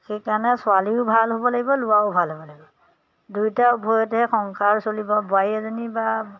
সেইকাৰণে ছোৱালীও ভাল হ'ব লাগিব ল'ৰাও ভাল হ'ব লাগিব দুয়োটা উভয়তেহে সংসাৰ চলিব বোৱাৰী এজনী বা